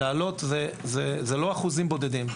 לא באחוזים בודדים.